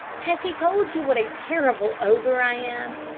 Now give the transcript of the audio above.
has he told you what a terrible ogre i am?